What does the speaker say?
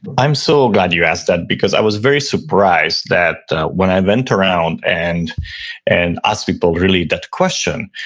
i'm so glad you asked that, because i was very surprised that when i went around and and asked people really that question,